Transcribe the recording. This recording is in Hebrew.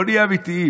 בוא נהיה אמיתיים,